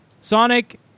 Sonic